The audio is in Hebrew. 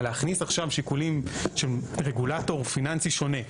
להכניס עכשיו שיקולים של רגולטור פיננסי שונה?